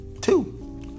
two